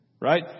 right